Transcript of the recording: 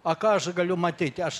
a ką aš galiu matyti aš